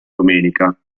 domenica